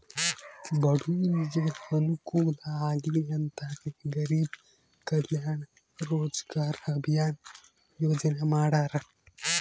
ಬಡೂರಿಗೆ ಅನುಕೂಲ ಆಗ್ಲಿ ಅಂತನೇ ಗರೀಬ್ ಕಲ್ಯಾಣ್ ರೋಜಗಾರ್ ಅಭಿಯನ್ ಯೋಜನೆ ಮಾಡಾರ